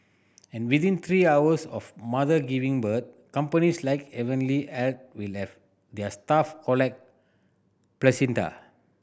and within three hours of mother giving birth companies like Heavenly Health will have their staff collect placenta